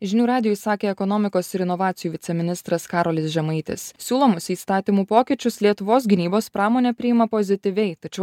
žinių radijui sakė ekonomikos ir inovacijų viceministras karolis žemaitis siūlomus įstatymų pokyčius lietuvos gynybos pramonė priima pozityviai tačiau